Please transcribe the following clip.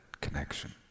connection